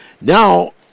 Now